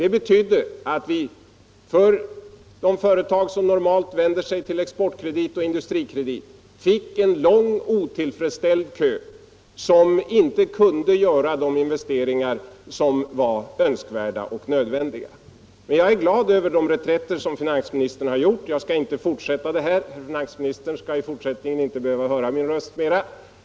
Det betydde att vi av företag som normalt vänder sig till Exportkredit och Industrikredit fick en lång otillfredsställd kö som inte kunde göra de investeringar som var önskvärda och nödvändiga. Men jag är glad över de reträtter som finansministern har gjort. Jag skall inte fortsätta den här diskussionen. Finansministern skall i fortsättningen inte behöva höra min röst mera.